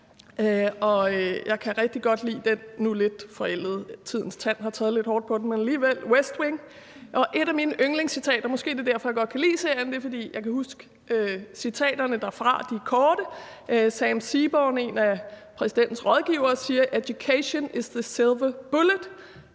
jeg kan rigtig godt lide den nu lidt forældede »The West Wing« – tidens tand har været lidt hård ved den, men alligevel – og et af mine yndlingscitater, og måske er det derfor, jeg kan lide serien – det er, fordi jeg kan huske citaterne derfra; de er korte – er, at Sam Seaborn, en af præsidentens rådgivere, siger, at education is the silver bullet,